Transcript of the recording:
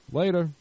later